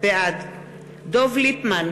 בעד דב ליפמן,